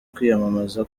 kwiyamamaza